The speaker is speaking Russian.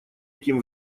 этим